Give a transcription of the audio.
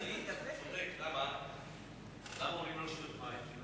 למה אומרים לא לשתות מים?